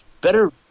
better